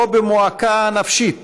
או במועקה נפשית